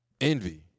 envy